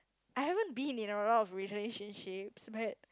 I haven't been in a lot of relationships but